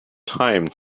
time